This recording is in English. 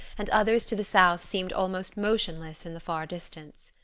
and others to the south seemed almost motionless in the far distance.